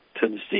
Tennessee